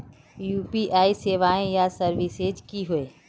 UPI सेवाएँ या services की होय?